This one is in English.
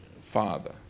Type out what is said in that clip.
Father